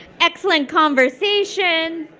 excellent conversation.